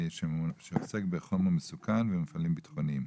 שעוסק בחומר מסוכן ומפעלים ביטחוניים.